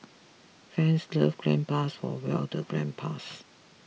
fans love gandpas for well the grandpas